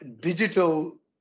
digital